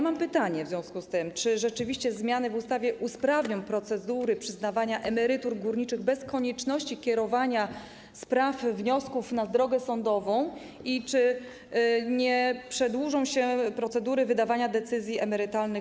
Mam w związku z tym pytanie, czy rzeczywiście zmiany w ustawie usprawnią procedury przyznawania emerytur górniczych bez konieczności kierowania spraw, wniosków na drogę sądową i czy nie przedłużą się procedury wydawania decyzji emerytalnych.